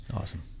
Awesome